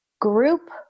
group